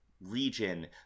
region